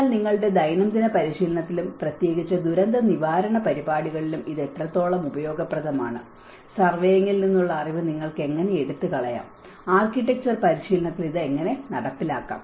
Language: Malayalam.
എന്നാൽ നിങ്ങളുടെ ദൈനംദിന പരിശീലനത്തിലും പ്രത്യേകിച്ച് ദുരന്തനിവാരണ പരിപാടികളിലും ഇത് എത്രത്തോളം ഉപയോഗപ്രദമാണ് സർവേയിംഗിൽ നിന്നുള്ള അറിവ് നിങ്ങൾക്ക് എങ്ങനെ എടുത്തുകളയാം ആർക്കിടെക്ച്ചർ പരിശീലനത്തിൽ എങ്ങനെ നടപ്പിലാക്കാം